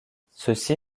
ceci